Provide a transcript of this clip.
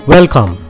Welcome